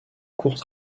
court